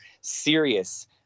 serious